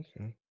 Okay